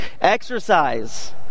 Exercise